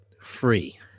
free